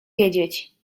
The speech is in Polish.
wiedzieć